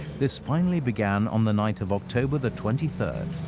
this finally began on the night of october the twenty third,